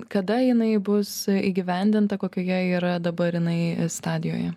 kada jinai bus įgyvendinta kokioje yra dabar jinai stadijoje